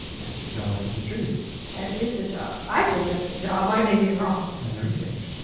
that's the job of the distributors. that is the job. i feel that's the job. i may be wrong. and the retailers.